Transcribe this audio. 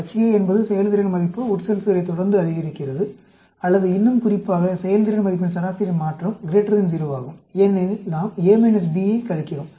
HA என்பது செயல்திறன் மதிப்பு உட்செலுத்தலைத் தொடர்ந்து அதிகரிக்கிறது அல்லது இன்னும் குறிப்பாக செயல்திறன் மதிப்பின் சராசரியின் மாற்றம் 0 ஆகும் ஏனெனில் நாம் A - B என கழிக்கிறோம்